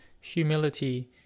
humility